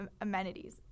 amenities